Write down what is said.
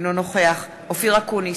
אינו נוכח אופיר אקוניס,